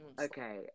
Okay